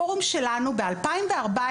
הפורום שלנו ב-2014,